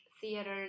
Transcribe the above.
theater